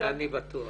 אני בטוח,